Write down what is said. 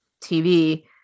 TV